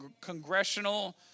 congressional